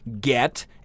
get